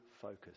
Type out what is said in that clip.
focus